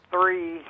three